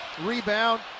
Rebound